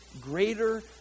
greater